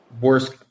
worst